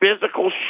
physical